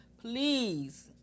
Please